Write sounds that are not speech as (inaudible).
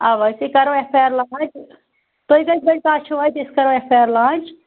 اَوا أسے کَرو اٮ۪ف آی آر (unintelligible) تُہۍ کٔژِ بجہِ تام چھُو اَتہِ أسۍ کَرو اٮ۪ف آی آر لانٛچ